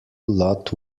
lot